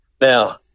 Now